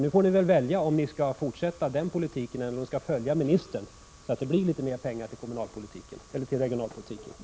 Nu får ni välja om ni skall fortsätta med den politiken eller om ni skall följa ministerns förslag, så att det blir litet mera pengar till regionalpolitiken.